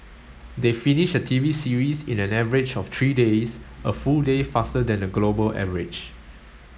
they finish a T V series in an average of three days a full day faster than the global average